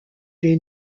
les